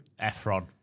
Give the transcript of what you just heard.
Efron